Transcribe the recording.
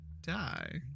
die